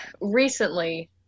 recently